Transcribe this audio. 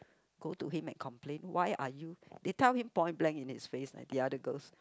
go to him and complain why are you they tell him point blank in his face like the other girls